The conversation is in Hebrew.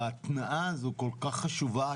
ההתנעה הזאת כל-כך חשובה,